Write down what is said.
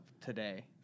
today